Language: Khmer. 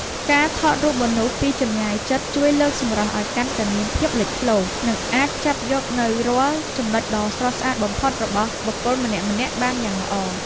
ការថតរូបមនុស្សពីចម្ងាយជិតជួយលើកសម្រស់ឱ្យកាន់តែមានភាពលេចធ្លោ និង អាចចាប់យកនូវរាល់ចំណុចដ៏ស្រស់ស្អាតបំផុតរបស់បុគ្គលម្នាក់ៗបានយ៉ាងល្អ។